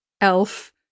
Elf